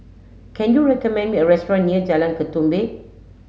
can you recommend me a restaurant near Jalan Ketumbit